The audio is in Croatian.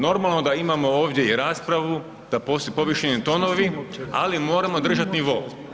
Normalno da imamo ovdje i raspravu, da su povišeni tonovi, ali moramo držati nivo.